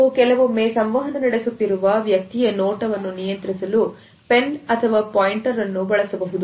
ನೀವು ಕೆಲವೊಮ್ಮೆ ಸಂವಹನ ನಡೆಸುತ್ತಿರುವ ವ್ಯಕ್ತಿಯ ನೋಟವನ್ನು ನಿಯಂತ್ರಿಸಲು pen ಅಥವಾ pointer ಅನ್ನು ಬಳಸಬಹುದು